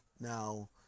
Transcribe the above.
Now